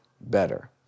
better